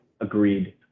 agreed